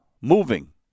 moving